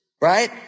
right